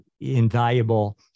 invaluable